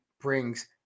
brings